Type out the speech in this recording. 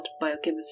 biochemistry